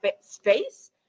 space